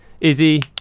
Izzy